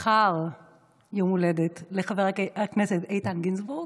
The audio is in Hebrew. מחר יום הולדת לחבר הכנסת איתן גינזבורג,